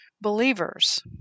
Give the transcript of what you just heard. believers